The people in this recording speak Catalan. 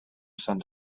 sant